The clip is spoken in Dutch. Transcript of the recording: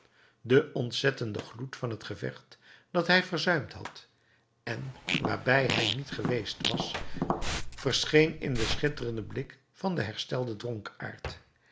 de ontzettende gloed van het gevecht dat hij verzuimd had en waarbij hij niet geweest was verscheen in den schitterenden blik van den herstelden